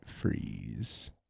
freeze